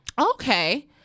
Okay